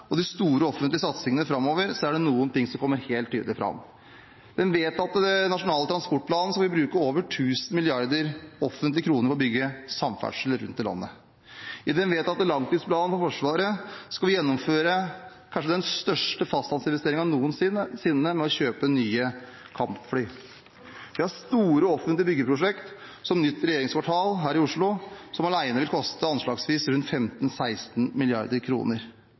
og de store offentlige satsingene framover, er det noen ting som kommer helt tydelig fram. Med den vedtatte nasjonale transportplanen vil vi bruke over tusen milliarder offentlige kroner på å bygge samferdsel rundt i landet. I den vedtatte langtidsplanen for Forsvaret skal vi gjennomføre kanskje den største fastlandsinvesteringen noensinne ved å kjøpe nye kampfly. Vi har store offentlige byggeprosjekt, som nytt regjeringskvartal her i Oslo, som alene vil koste anslagsvis